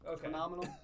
phenomenal